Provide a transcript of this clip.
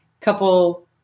couple